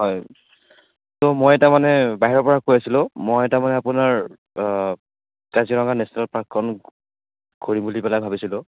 হয় ত' মই তাৰমানে বাহিৰৰ পৰা কৈ আছিলোঁ মই তাৰমানে আপোনাৰ কাজিৰঙা নেচনেল পাৰ্কখন ঘূৰি বুলি পেলাই ভাবিছিলোঁ